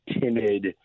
timid